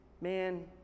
Man